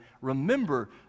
remember